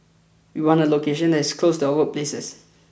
we want a location that is close to our workplaces